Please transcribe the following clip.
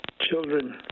children